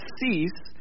cease